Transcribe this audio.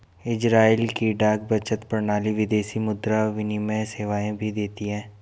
Israel की डाक बचत प्रणाली विदेशी मुद्रा विनिमय सेवाएं भी देती है